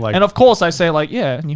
like and of course i say like, yeah and yeah,